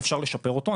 אפשר לשפר אותו,